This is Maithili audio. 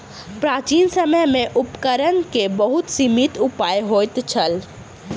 प्राचीन समय में उपकरण के बहुत सीमित उपाय होइत छल